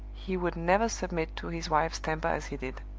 he would never submit to his wife's temper as he did.